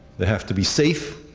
they have to be safe.